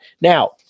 now